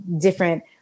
different